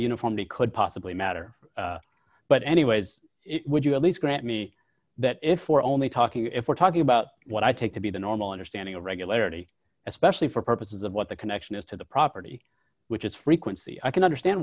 uniform the could possibly matter but anyway as it would you believe grant me that if we're only talking if we're talking about what i take to be the normal understanding of regularity especially for purposes of what the connection is to the property which is frequency i can understand